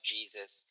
Jesus